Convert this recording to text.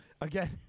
again